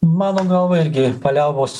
mano galva irgi paliaubos